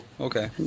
Okay